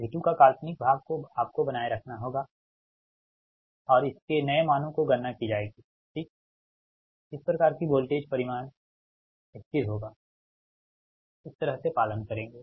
V2 का काल्पनिक भाग को आपको बनाए रखना होगा और इस के नए मानों को गणना की जाएगी ठीक इस प्रकार कि वोल्टेज परिमाण स्थिर होगा इस तरह से पालन करेंगे